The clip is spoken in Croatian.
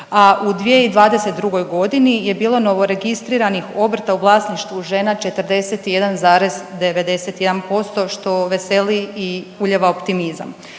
a u 2022. g. je bilo novoregistriranih obrta u vlasništvu žena 41,91%, što veseli i ulijeva optimizam.